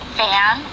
fan